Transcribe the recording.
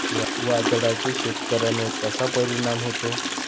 वादळाचा शेतकऱ्यांवर कसा परिणाम होतो?